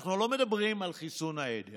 ואנחנו לא מדברים על חיסון העדר